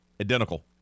Identical